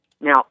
Now